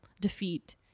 defeat